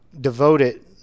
devoted